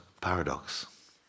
paradox